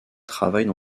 travaille